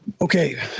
Okay